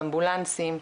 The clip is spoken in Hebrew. אמבולנסים,